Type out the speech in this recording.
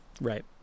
Right